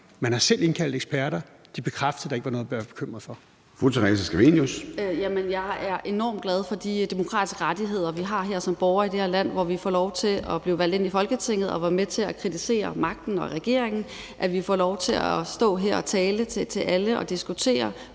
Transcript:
Fru Theresa Scavenius. Kl. 13:52 Theresa Scavenius (UFG): Jamen jeg er enormt glad for de demokratiske rettigheder, vi har som borgere i det her land, hvor vi får lov til at blive valgt ind i Folketinget og være med til at kritisere magten og regeringen og vi får lov til at stå her og tale til alle og politisk